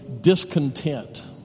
discontent